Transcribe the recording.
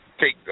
take